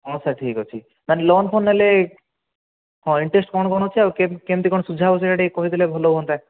ହଁ ସାର୍ ଠିକ୍ ଅଛି ମାନେ ଲୋନ୍ ଫୋନ୍ ନେଲେ ହଁ ଇନ୍ଟ୍ରେଷ୍ଟ୍ କ'ଣ କ'ଣ ଅଛି ଆଉ କେମିତି କ'ଣ ଶୁଝା ହେଉଛି ସେଟା ଟିକିଏ କହିଦେଲେ ଭଲ ହୁଅନ୍ତା